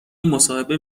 مصاحبه